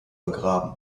begraben